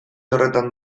horretan